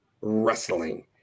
wrestling